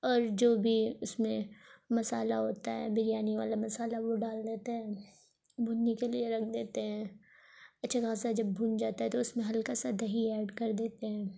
اور جو بھی اس میں مسالہ ہوتا ہے بریانی والا مسالہ وہ ڈال دیتے ہیں بھننے کے لیے رکھ دیتے ہیں اچھا خاصا جب بھن جاتا ہے تو اس میں ہلکا سا دہی ایڈ کر دیتے ہیں